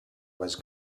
was